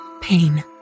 Pain